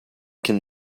can